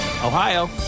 Ohio